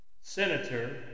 Senator